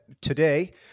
today